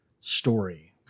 story